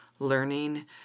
learning